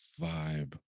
vibe